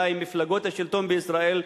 אולי מפלגות השלטון בישראל,